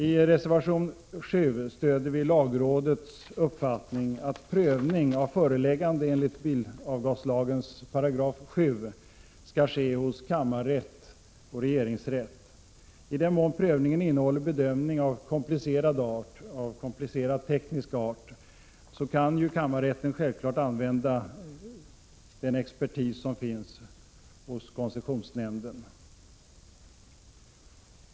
I reservation 7 stöder vi lagrådets uppfattning att prövning av förelägganden enligt bilavgaslagens 7 § skall ske hos kammarrätt och regeringsrätt. I den mån prövningen innehåller bedömning av komplicerad, teknisk art kan kammarrätten självklart använda sig av den expertis som finns i koncessionsnämnden.